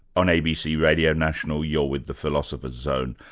on abc radio national, you're with the philosopher's zone,